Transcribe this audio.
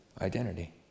identity